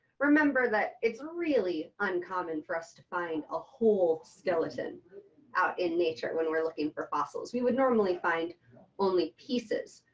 remember that it's really uncommon for us to find a whole skeleton out in nature when we're looking for fossils. we would normally find only pieces.